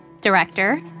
Director